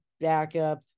backup